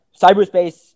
cyberspace